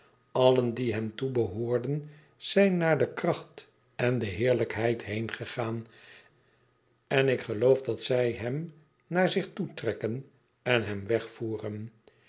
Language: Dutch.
allen die hem toebehoorden zijn naar de kracht en de heerlijkheid heengegaan en ik geloof dat zij hem naar zich toetrekken en hem wegvoeren